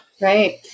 Right